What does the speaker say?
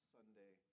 Sunday